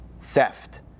theft